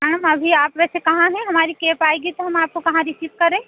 ma'am अभी आप वैसे कहाँ हैं हमारी केब आएगी तो हम आपको कहाँ रिसीव करें